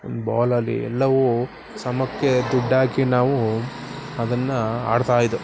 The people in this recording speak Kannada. ಒಂದು ಬಾಲ್ ಆಗಲಿ ಎಲ್ಲವೂ ಸಮಕ್ಕೆ ದುಡಿದಾಕಿ ನಾವು ಅದನ್ನು ಆಡ್ತಾಯಿದ್ದೋ